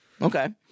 Okay